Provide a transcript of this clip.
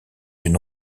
une